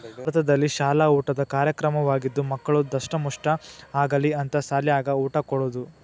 ಭಾರತದಲ್ಲಿಶಾಲ ಊಟದ ಕಾರ್ಯಕ್ರಮವಾಗಿದ್ದು ಮಕ್ಕಳು ದಸ್ಟಮುಷ್ಠ ಆಗಲಿ ಅಂತ ಸಾಲ್ಯಾಗ ಊಟ ಕೊಡುದ